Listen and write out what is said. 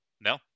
No